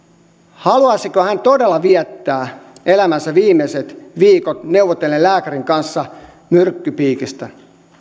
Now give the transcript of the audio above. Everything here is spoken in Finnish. haluaisiko hän todella viettää elämänsä viimeiset viikot neuvotellen lääkärin kanssa myrkkypiikistä